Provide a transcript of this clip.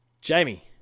Jamie